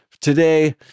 today